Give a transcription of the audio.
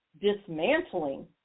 dismantling